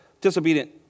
disobedient